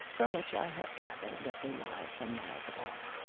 from which i have gathered that they lie some miles apart.